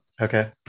Okay